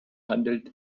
handelt